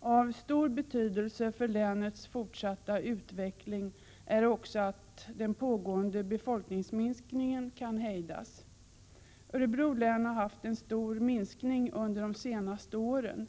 Av stor betydelse för länets fortsatta utveckling är också att den pågående befolkningsminskningen kan hejdas. Örebro län har haft en stor befolkningsminskning under de senaste åren.